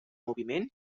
moviment